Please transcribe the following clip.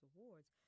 Awards